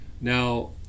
Now